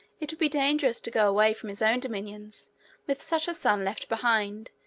it would be dangerous to go away from his own dominions with such a son left behind,